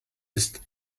ist